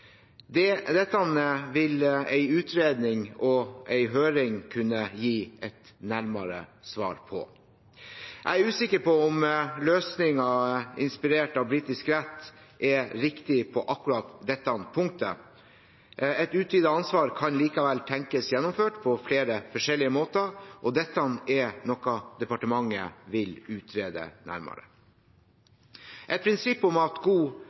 Dette vil en utredning og en høring kunne gi et nærmere svar på. Jeg er usikker på om løsningen inspirert av britisk rett er riktig på akkurat dette punktet. Et utvidet ansvar kan likevel tenkes gjennomført på flere forskjellige måter, og dette er noe departementet vil utrede nærmere. Et prinsipp om at